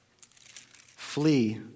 Flee